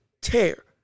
tear